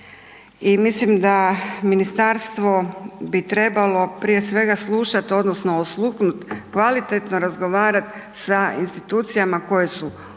mislim da ministarstvo bi trebalo prije svega slušati odnosno osluhnut, kvalitetno razgovarat sa institucijama koje su u njenoj